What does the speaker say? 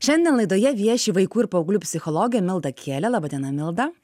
šiandien laidoje vieši vaikų ir paauglių psichologė milda kielė laba diena milda